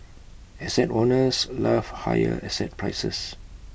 asset owners love higher asset prices